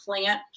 plant